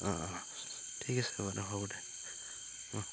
অঁ অঁ ঠিক আছে বাৰুে হ'ব দে অঁ